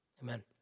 Amen